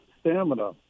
stamina